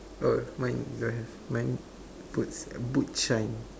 oh mine don't have mine foot boots shine